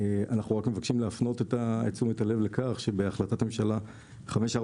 אנחנו רק מבקשים להפנות את תשומת הלב לכך שבהחלטת הממשלה 542,